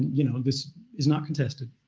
you know this is not contested,